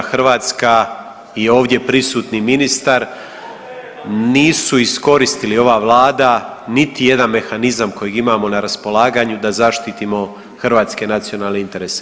Hrvatska i ovdje prisutni ministar nisu iskoristili, ova vlada niti jedan mehanizam kojeg imamo na raspolaganju da zaštitimo hrvatske nacionalne interese.